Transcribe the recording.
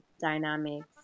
dynamics